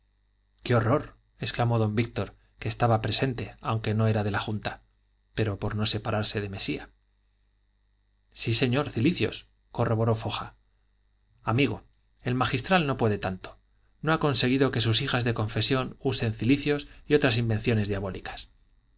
qué horror exclamó don víctor que estaba presente aunque no era de la junta pero por no separarse de mesía sí señor cilicios corroboró foja amigo el magistral no puede tanto no ha conseguido que sus hijas de confesión usen cilicios y otras invenciones diabólicas